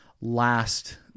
last